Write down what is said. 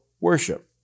worship